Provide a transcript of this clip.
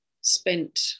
spent